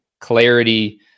clarity